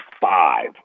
five